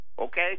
okay